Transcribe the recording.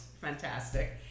fantastic